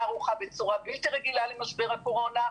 ערוכה בצורה בלתי רגילה למשבר הקורונה.